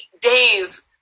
days